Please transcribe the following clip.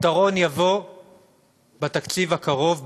הפתרון יבוא בתקציב הקרוב,